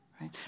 Right